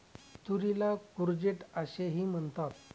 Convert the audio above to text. तुरीला कूर्जेट असेही म्हणतात